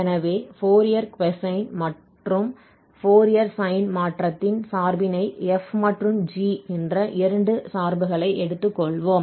எனவே Fourier cosine மாற்றம் மற்றும் ஃபோரியர் சைன் மாற்றத்தின் சார்பினை f மற்றும் g என்ற இரண்டு சார்புகளை எடுத்துக்கொள்வோம்